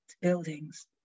buildings